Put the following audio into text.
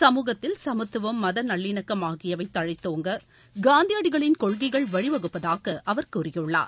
சமூகத்தில் சமத்துவம் மத நல்லிணக்கம் ஆகியவை தழைத்தோங்க காந்தியடிகளின் கொள்கைகள் வழிவகுப்பதாக அவர் கூறியுள்ளார்